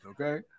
okay